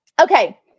Okay